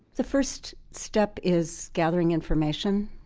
the first step is gathering information.